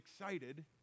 excited